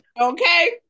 Okay